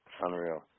Unreal